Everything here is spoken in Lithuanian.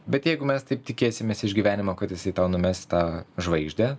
bet jeigu mes taip tikėsimės iš gyvenimo kad jisai tau numes tą žvaigždę